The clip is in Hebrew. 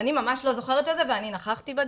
אני ממש לא זוכרת את זה ואני נכחתי בדיון.